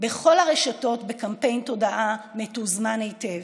בכל הרשתות, בקמפיין תודעה מתוזמן היטב.